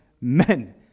men